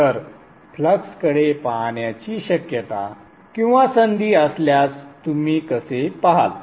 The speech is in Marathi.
तर फ्लक्सकडे पाहण्याची शक्यता किंवा संधी असल्यास तुम्ही कसे पहाल